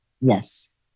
Yes